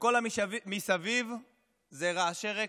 וכל המסביב זה רעשי רקע.